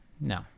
No